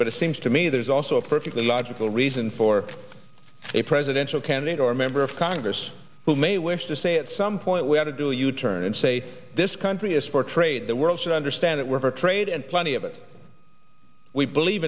but it seems to me there's also a perfectly logical reason for a presidential candidate or a member of congress who may wish to say at some point we have to do a u turn and say this country is for trade the world should understand that we're for trade and plenty of it we believe